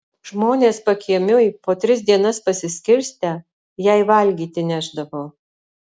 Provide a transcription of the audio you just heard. žmonės pakiemiui po tris dienas pasiskirstę jai valgyti nešdavo